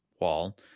wall